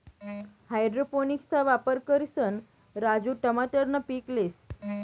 हाइड्रोपोनिक्सना वापर करिसन राजू टमाटरनं पीक लेस